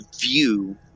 view